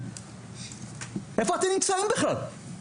איפה אתם נמצאים בכלל?